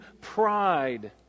pride